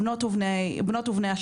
בנות ובני השירות.